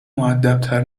مودبتر